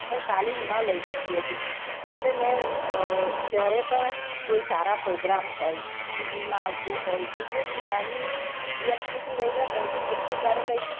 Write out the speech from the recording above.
હું તાલીમ ન લઈ શકતી હતી મને મેં જ્યારે પણ કોઈ સારા પ્રોગ્રામ હોય ટીવીમાં આવતું હોય કે કોઈક નાની વ્યક્તિથી લઈને મોટી વ્યક્તિ જ્યારે કંઈક